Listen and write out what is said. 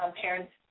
parents